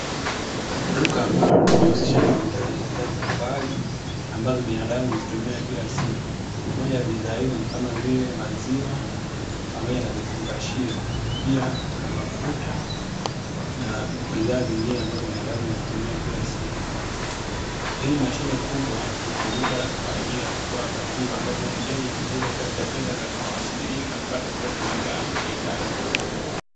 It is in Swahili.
Duka ambalo linalojihusisha na uuzaji wa bidhaa mbalimbali, ambazo binadamu huzitumia kila siku. Moja ya bidhaa hizo ni kama vile maziwa, pamoja na vifungashio. Pia kuna mafuta na bidhaa zingine ambazo binadamu huzitumia kila siku. Hii mashine kubwa hutumika kwa ajili ya kutoa maziwa, ambapo mteja huingiza kiasi cha fedha katika mashine hiyo, na kupata kiasi cha maziwa anachokihitaji.